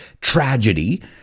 Tragedy